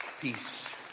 peace